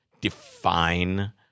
define